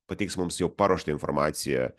pateiks mums jau paruoštą informaciją